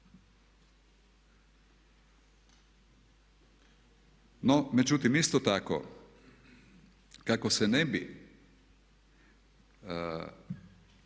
No, međutim, isto tako kako se ne bi